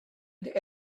and